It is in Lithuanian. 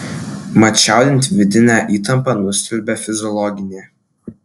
mat čiaudint vidinę įtampą nustelbia fiziologinė